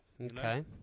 Okay